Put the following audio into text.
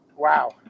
Wow